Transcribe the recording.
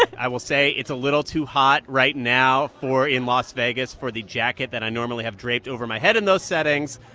i will say it's a little too hot right now for in las vegas for the jacket that i normally have draped over my head in those settings.